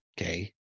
okay